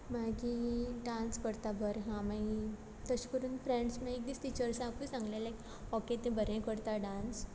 मागीर डांस करता बर हा मागीर तशें करून फ्रॅण्स मा एक दीस तिचर्साकूय सांगलें लायक ओके तें बरें करता डांस